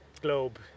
globe